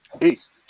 Peace